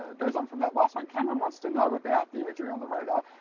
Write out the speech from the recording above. goes on from that last one, cameron wants to know about the imagery on the radar.